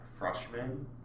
freshman